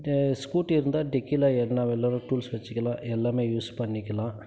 scooty இருந்தால் டிக்கியில் என்ன வேண்ணாலும் டூல்ஸ் வச்சுக்கிலாம் எல்லாமே யூஸ் பண்ணிக்கலாம்